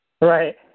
Right